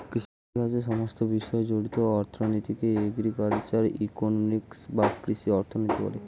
কৃষিকাজের সমস্ত বিষয় জড়িত অর্থনীতিকে এগ্রিকালচারাল ইকোনমিক্স বা কৃষি অর্থনীতি বলে